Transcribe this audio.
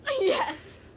yes